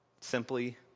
Simply